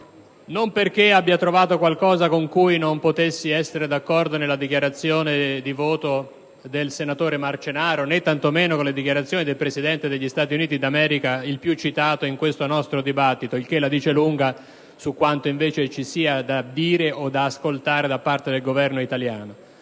non perché abbia trovato qualcosa con cui non potessi essere d'accordo nella dichiarazione di voto del senatore Marcenaro, né tanto meno con le dichiarazioni del Presidente degli Stati Uniti d'America, il più citato nel nostro dibattito, il che la dice lunga su quanto invece ci sia da dire o da ascoltare da parte del Governo italiano.